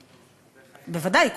בוודאי,